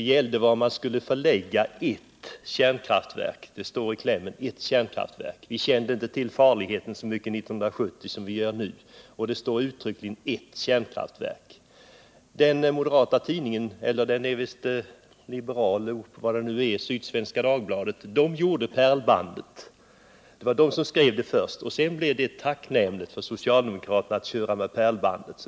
Den gällde var man skulle förlägga ert kärnkraftverk — det står i klämmen. Vi kände inte till farorna på samma sätt som nu, och det står uttryckligen ert kärnkraftverk. Det var den liberala tidningen Sydsvenska Dagbladet som gjorde pärlbandet. Därefter blev det tacknämligt för socialdemokraterna att använda det ordet.